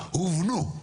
טוב, דבריך הובנו.